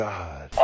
God